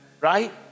right